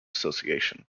association